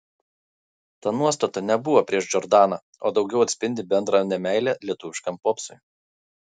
ta nuostata nebuvo prieš džordaną o daugiau atspindi bendrą nemeilę lietuviškam popsui